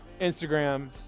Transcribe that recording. Instagram